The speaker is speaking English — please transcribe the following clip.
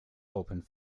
opened